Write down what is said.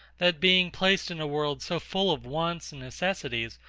that being placed in a world so full of wants and necessities,